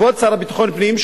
שכבוד השר לביטחון פנים,